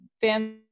fans